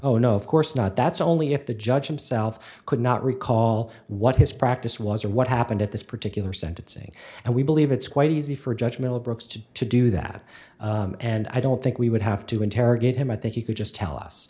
oh no of course not that's only if the judge himself could not recall what his practice was or what happened at this particular sentencing and we believe it's quite easy for a judgment of brooks to to do that and i don't think we would have to interrogate him i think he could just tell